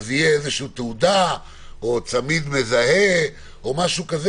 אז תהיה איזו תעודה או צמיד מזהה או משהו כזה,